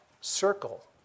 circle